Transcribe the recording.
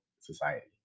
society